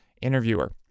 interviewer